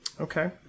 Okay